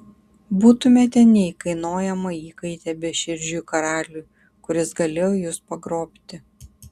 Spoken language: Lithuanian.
būtumėte neįkainojama įkaitė beširdžiui karaliui kuris galėjo jus pagrobti